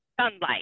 sunlight